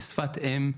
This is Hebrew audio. בשפת אם.